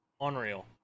unreal